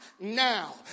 Now